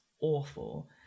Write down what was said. awful